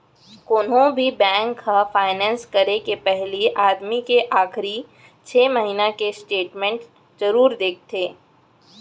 कोनो भी बेंक ह फायनेंस करे के पहिली आदमी के आखरी छै महिना के स्टेट मेंट जरूर देखथे